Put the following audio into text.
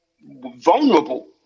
vulnerable